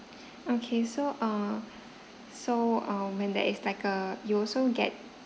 okay so uh so uh when there is like a you also get